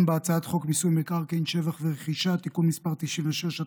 בהצעת חוק מיסוי מקרקעין (שבח ורכישה) (תיקון מס' 96),